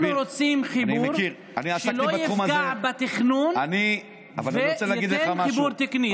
אנחנו רוצים חיבור שלא יפגע בתכנון וייתן חיבור תקני,